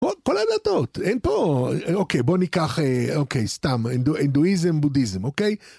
כל הדתות אין פה אוקיי בוא ניקח אוקיי סתם הינדואיזם בודהיזם אוקיי